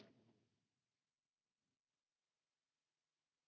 kiitos